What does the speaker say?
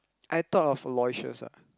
I thought of Aloysius ah